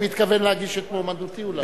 אני מתכוון להגיש את מועמדותי אולי.